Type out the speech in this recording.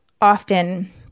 often